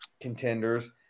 contenders